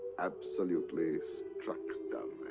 absolutely struck